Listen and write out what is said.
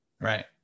Right